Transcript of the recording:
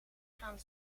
gaan